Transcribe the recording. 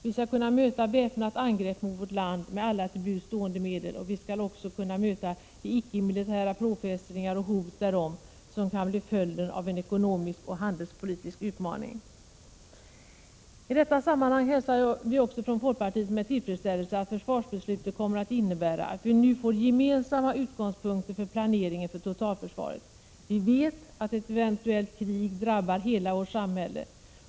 Vi skall kunna möta väpnat angrepp mot vårt land med alla till buds stående medel, och vi skall också kunna möta de icke-militära påfrestningar och hot därom som kan bli följden av en ekonomisk och handelspolitisk utmaning. I detta sammanhang hälsar vi också från folkpartiet med tillfredsställelse, att försvarsbeslutet kommer att innebära att vi nu får gemensamma utgångspunkter för planeringen för totalförsvaret. Vi vet att ett eventuellt krig drabbar hela vårt samhälle.